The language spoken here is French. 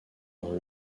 dans